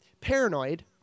paranoid